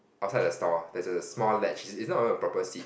outside the store there is a small ledge it's not even a proper seat